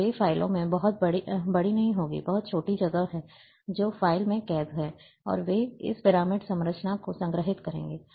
और वे फाइलें बहुत बड़ी नहीं होंगी बहुत छोटी जगह हैं जो फाइलों में कैद हैं और वे इस पिरामिड संरचना को संग्रहीत करेंगे